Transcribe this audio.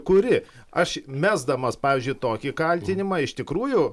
kuri aš mesdamas pavyzdžiui tokį kaltinimą iš tikrųjų